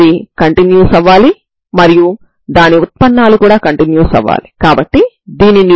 ఇప్పుడు మీరు Xa0 అనే సరిహద్దు నియమాన్ని వర్తింప చేయండి